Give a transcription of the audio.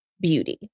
beauty